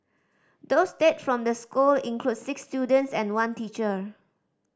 those dead from the school include six students and one teacher